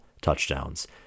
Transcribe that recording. touchdowns